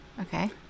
Okay